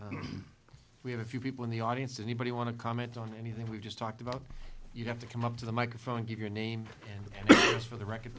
k we have a few people in the audience anybody want to comment on anything we just talked about you have to come up to the microphone give your name and then just for the record